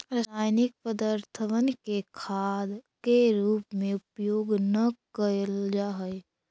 रासायनिक पदर्थबन के खाद के रूप में उपयोग न कयल जा हई